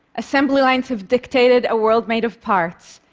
assembly lines have dictated a world made of parts,